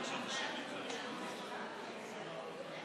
עשר דקות לרשותך, אדוני,